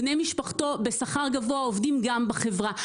בני משפחתו בשכר גבוה עובדים גם בחברה,